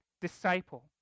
disciple